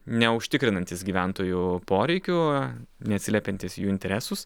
neužtikrinantis gyventojų poreikių neatsiliepiantis į jų interesus